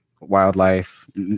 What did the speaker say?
wildlife